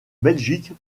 belgique